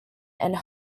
and